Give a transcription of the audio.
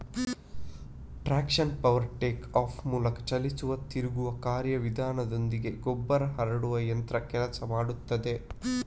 ಟ್ರಾಕ್ಟರ್ನ power take off ಮೂಲಕ ಚಲಿಸುವ ತಿರುಗುವ ಕಾರ್ಯ ವಿಧಾನದೊಂದಿಗೆ ಗೊಬ್ಬರ ಹರಡುವ ಯಂತ್ರ ಕೆಲಸ ಮಾಡ್ತದೆ